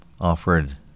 offered